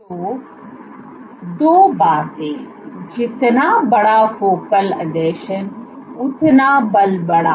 तो दो बातें जितना बड़ा फोकल आसंजन उतना बल बड़ा